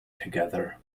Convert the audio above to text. together